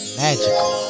magical